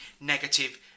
negative